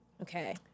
Okay